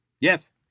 Yes